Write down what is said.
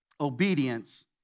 obedience